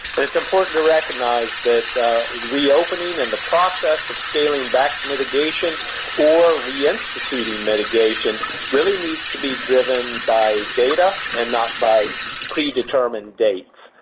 and it's important to recognize that the reopening and the process of scaling back mitigation or reinstituting mitigation really needs to be driven by data and not by pre-determined dates.